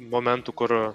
momentų kur